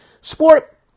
sport